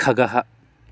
खगः